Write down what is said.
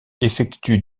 effectue